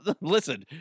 listen